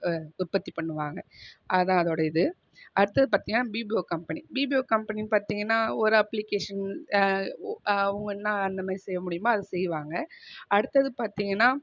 உற்பத்திப் பண்ணுவாங்க அதுதான் அதோடய இது அடுத்தது பார்த்தீங்கன்னா பீபிஓ கம்பெனி பீபிஓ கம்பெனின்னு பார்த்தீங்கன்னா ஒரு அப்ளிகேஷன் அவங்க என்ன அந்தமாதிரி செய்ய முடியுமோ அதை செய்வாங்க அடுத்தது பார்த்தீங்கன்னா